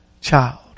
child